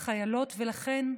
לחיילות ולכן,